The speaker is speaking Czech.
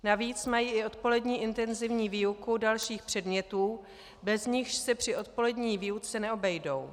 Navíc mají i odpolední intenzivní výuku dalších předmětů, bez nichž se při odpolední výuce neobejdou.